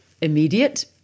immediate